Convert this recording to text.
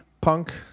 punk